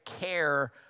care